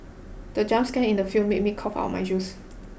the jump scare in the film made me cough out my juice